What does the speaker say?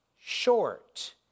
short